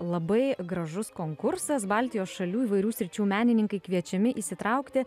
labai gražus konkursas baltijos šalių įvairių sričių menininkai kviečiami įsitraukti